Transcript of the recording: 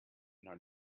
not